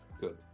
good